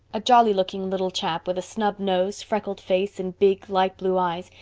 a jolly looking little chap, with a snub nose, freckled face, and big, light blue eyes,